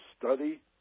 study